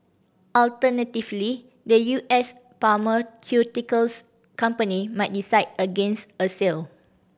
alternatively the U S pharmaceuticals company might decide against a sale